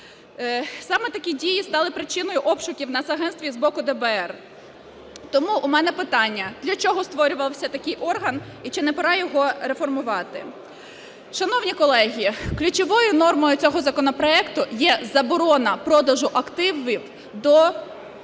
Саме такі дії стали причиною обшуків в нацагентстві з боку ДБР. Тому у мене питання: для чого створювався такий орган і чи не пора його реформувати? Шановні колеги, ключовою нормою цього законопроекту є заборона продажу активів до